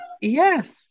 Yes